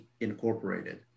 incorporated